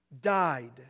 died